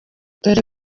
dore